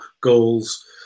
goals